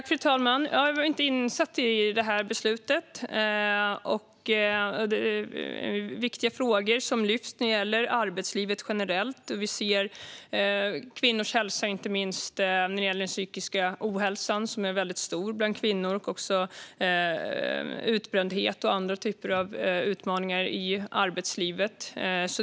Fru talman! Jag är inte insatt i det beslutet. Det är viktiga frågor som lyfts fram när det gäller arbetslivet generellt. Om vi ser till kvinnors hälsa är inte minst den psykiska ohälsan väldigt stor bland kvinnor. Det handlar också om utbrändhet och andra typer av utmaningar i arbetslivet.